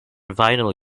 vinyl